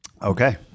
Okay